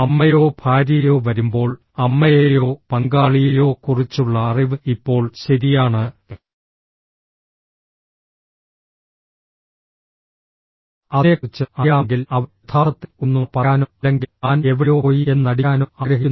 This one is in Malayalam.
അമ്മയോ ഭാര്യയോ വരുമ്പോൾ അമ്മയെയോ പങ്കാളിയെയോ കുറിച്ചുള്ള അറിവ് ഇപ്പോൾ ശരിയാണ് അതിനെക്കുറിച്ച് അറിയാമെങ്കിൽ അവൻ യഥാർത്ഥത്തിൽ ഒരു നുണ പറയാനോ അല്ലെങ്കിൽ താൻ എവിടെയോ പോയി എന്ന് നടിക്കാനോ ആഗ്രഹിക്കുന്നു